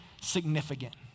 significant